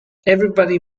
everybody